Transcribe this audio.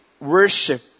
worship